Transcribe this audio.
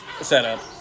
setup